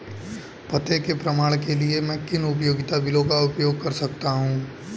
पते के प्रमाण के लिए मैं किन उपयोगिता बिलों का उपयोग कर सकता हूँ?